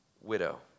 widow